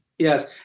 Yes